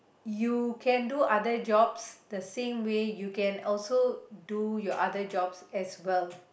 you can do other jobs the same way you can also do your other job as well